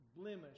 blemish